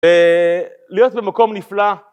אה... להיות במקום נפלא.